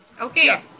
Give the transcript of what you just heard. Okay